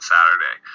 Saturday